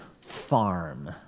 farm